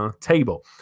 table